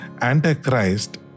Antichrist